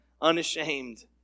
unashamed